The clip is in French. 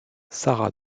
sara